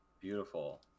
beautiful